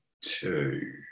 two